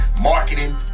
marketing